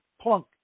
plunk